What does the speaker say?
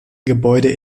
gebäude